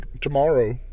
tomorrow